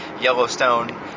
Yellowstone